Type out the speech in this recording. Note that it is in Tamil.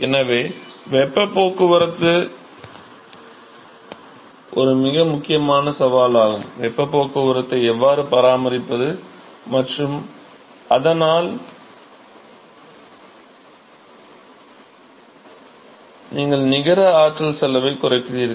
எனவே வெப்பப் போக்குவரத்து ஒரு மிக முக்கியமான சவாலாகும் வெப்பப் போக்குவரத்தை எவ்வாறு பராமரிப்பது மற்றும் அதனால் நீங்கள் நிகர ஆற்றல் செலவைக் குறைக்கிறீர்கள்